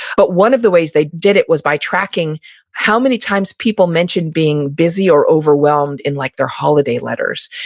but one of the ways they did it was by tracking how many times people mentioned being busy or overwhelmed in like their holiday letters.